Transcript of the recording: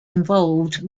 involved